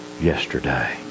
yesterday